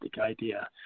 idea